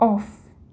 of